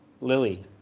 Lily